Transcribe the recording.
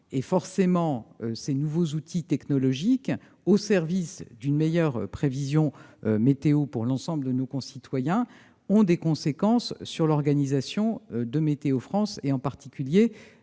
investissements. Ces nouveaux outils technologiques au service d'une meilleure prévision météo pour l'ensemble de nos concitoyens ont forcément des conséquences sur l'organisation de Météo France, en particulier